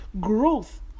growth